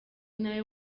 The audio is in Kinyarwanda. nawe